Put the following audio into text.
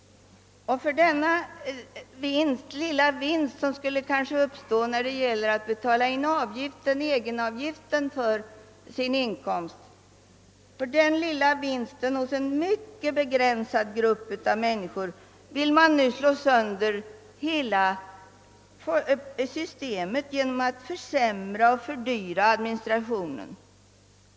För den lilla vinst för en mycket begränsad grupp människor som skulle uppstå vid inbetalning av egenavgiften för deras inkomst vill man sålunda slå sönder hela systemet genom att försämra och fördyra administrationen.